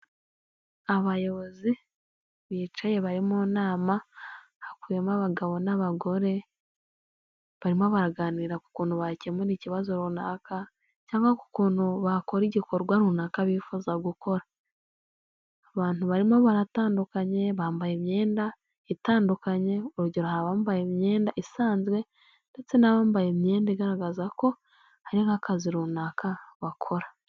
Abayobozi bicaye bari mu nama, hakubiyemo abagabo n'abagore, barimo baraganira ku kuntu bakemura ikibazo runaka, cyangwa ku kuntu bakora igikorwa runaka bifuza gukora, abantu barimo baratandukanye, bambaye imyenda itandukanye, urugero hari abambaye imyenda isanzwe, ndetse n'abambaye imyenda igaragaza ko hari nk'akazi runaka bakora.